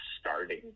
starting